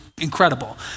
incredible